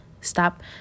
Stop